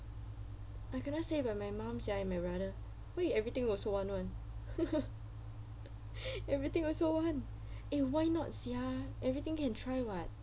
I kena say by my mom sia and my brother why you everything also want [one] everything also want eh why not sia everything can try [what]